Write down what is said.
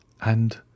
And